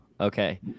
Okay